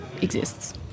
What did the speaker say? exists